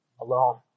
alone